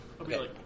Okay